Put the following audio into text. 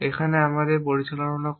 এখানে আমাদের পরিচালনা করে